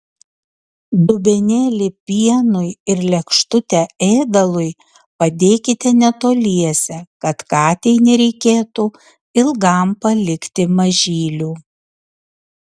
dubenėlį pienui ir lėkštutę ėdalui padėkite netoliese kad katei nereikėtų ilgam palikti mažylių